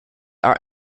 are